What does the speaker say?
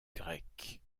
grecque